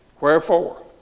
Wherefore